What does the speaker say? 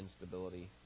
instability